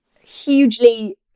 Hugely